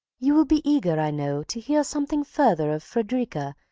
you will be eager, i know, to hear something further of frederica,